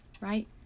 right